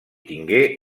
tingué